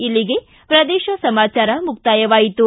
ಇಲ್ಲಿಗೆ ಪ್ರದೇಶ ಸಮಾಚಾರ ಮುಕ್ತಾಯವಾಯಿತು